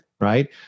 right